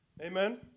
Amen